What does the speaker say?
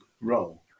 role